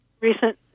recent